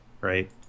right